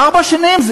ארבע שנים.